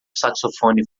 saxofone